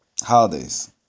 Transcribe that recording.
holidays